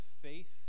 Faith